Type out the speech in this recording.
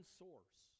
source